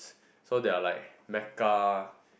so they are like makeup